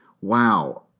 Wow